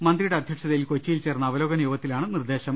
മന്ത്രിയുടെ അധ്യക്ഷതയിൽ കൊച്ചിയിൽ ചേർന്ന അവലോ കന യോഗത്തിലാണ് നിർദേശം